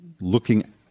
Looking